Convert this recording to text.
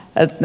pentti